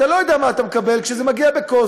אתה לא יודע מה אתה מקבל כשזה מגיע בכוס.